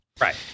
Right